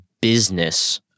business